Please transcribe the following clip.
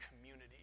community